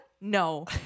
no